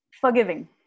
Forgiving